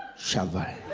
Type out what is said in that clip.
chelva